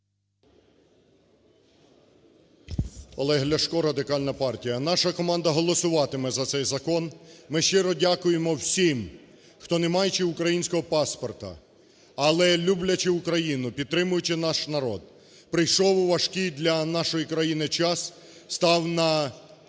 Олег Ляшко, Радикальна партія. Наша команда голосуватиме за цей закон. Ми щиро дякуємо всім, хто, не маючи українського паспорта, але люблячи Україну, підтримуючи наш народ, прийшов у важкий для нашої країни час, став